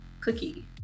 cookie